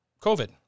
covid